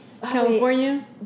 California